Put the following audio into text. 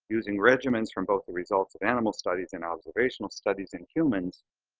using regimens from both the results of animal studies and observational studies in humans,